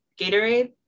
Gatorade